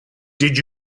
did